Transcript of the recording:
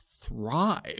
thrive